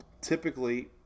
Typically